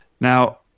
Now